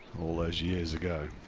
all those years ago.